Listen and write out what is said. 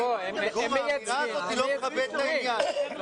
גור, האמירה הזו לא מכבדת את העניין.